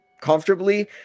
comfortably